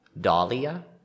Dahlia